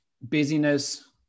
busyness